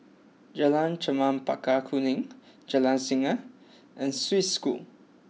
Jalan Chempaka Kuning Jalan Singa and Swiss School